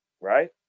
right